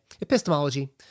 epistemology